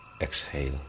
exhale